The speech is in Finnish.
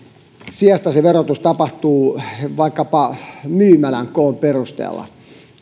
sijasta verotus tapahtuu vaikkapa myymälän koon perusteella